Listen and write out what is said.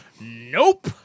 Nope